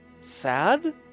sad